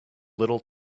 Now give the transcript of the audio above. little